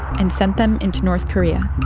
and sent them into north korea,